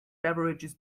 beverages